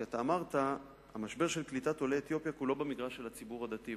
כי אמרת: המשבר של קליטת עולי אתיופיה כולו במגרש של הציבור הדתי,